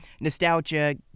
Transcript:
Nostalgia